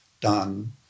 done